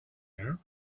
air